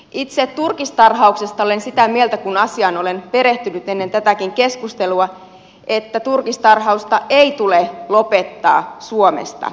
itse turkistarhauksesta olen sitä mieltä kun asiaan olen perehtynyt ennen tätäkin keskustelua että turkistarhausta ei tule lopettaa suomesta